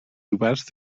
werth